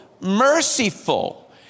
merciful